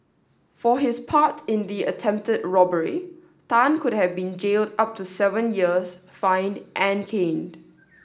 for his part in the attempted robbery Tan could have been jailed up to seven years fined and caned